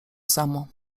samo